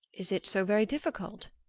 is it so very difficult?